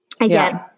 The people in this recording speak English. Again